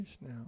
now